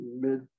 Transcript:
mid